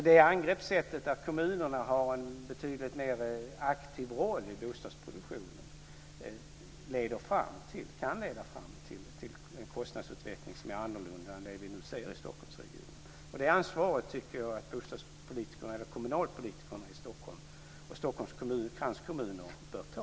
Det angrepssättet - att kommunerna har en betydligt mer aktiv roll i bostadsproduktionen - kan leda fram till en kostnadsutveckling som är annorlunda än den vi nu ser i Stockholmsregionen. Det ansvaret tycker jag att kommunalpolitikerna i Stockholm och Stockholms kranskommuner bör ta.